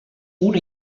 una